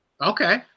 Okay